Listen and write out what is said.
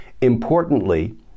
Importantly